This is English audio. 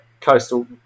coastal